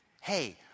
Hey